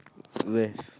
rest